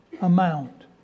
amount